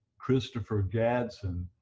christopher gadsen,